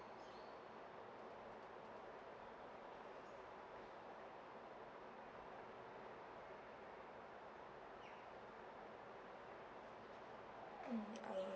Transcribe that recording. mm I'm